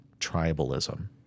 tribalism